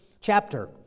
chapter